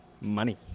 Money